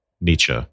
Nietzsche